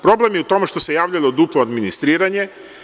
Problem je u tome što se javljalo duplo administriranje.